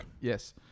Yes